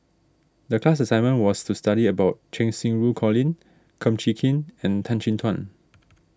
the class assignment was to study about Cheng Xinru Colin Kum Chee Kin and Tan Chin Tuan